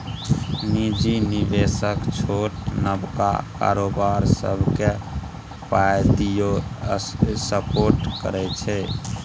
निजी निबेशक छोट नबका कारोबार सबकेँ पाइ दए सपोर्ट करै छै